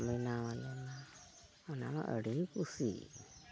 ᱵᱮᱱᱟᱣᱟᱞᱮᱢᱟ ᱚᱱᱟ ᱢᱟ ᱟᱹᱰᱤ ᱜᱮ ᱠᱩᱥᱤ